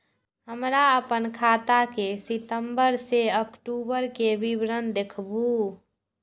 हमरा अपन खाता के सितम्बर से अक्टूबर के विवरण देखबु?